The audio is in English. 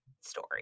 story